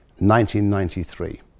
1993